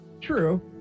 true